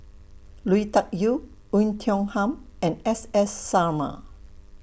Lui Tuck Yew Oei Tiong Ham and S S Sarma